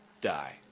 die